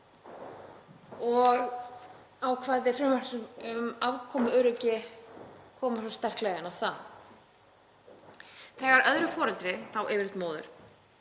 og ákvæði frumvarpsins um afkomuöryggi koma svo sterklega inn á það. Þegar öðru foreldri, þá yfirleitt móður,